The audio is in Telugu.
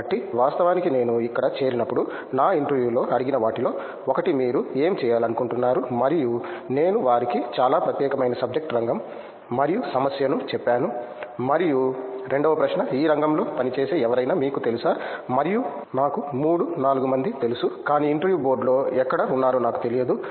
కాబట్టి వాస్తవానికి నేను ఇక్కడ చేరినప్పుడు నా ఇంటర్వ్యూలో అడిగిన వాటిలో ఒకటి మీరు ఏమి చేయాలనుకుంటున్నారు మరియు నేను వారికి చాలా ప్రత్యేకమైన సబ్జెక్ట్ రంగంమరియు సమస్యను చెప్పాను మరియు రెండవ ప్రశ్న ఈ రంగంలో పనిచేసే ఎవరైనా మీకు తెలుసా మరియు నాకు 3 4 మంది తెలుసు కాని ఇంటర్వ్యూ బోర్డులో ఎక్కడ ఉన్నారో నాకు తెలియదు